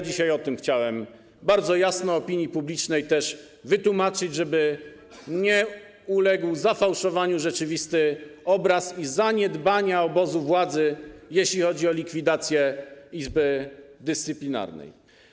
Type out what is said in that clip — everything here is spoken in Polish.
Dzisiaj to chciałbym bardzo jasno opinii publicznej wytłumaczyć, żeby nie uległ zafałszowaniu rzeczywisty obraz i zaniedbania obozu władzy, jeśli chodzi o likwidację Izby Dyscyplinarnej.